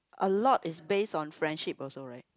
a lot is based on friendship also right